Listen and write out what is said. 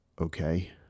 Okay